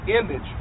image